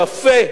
יפה,